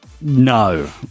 no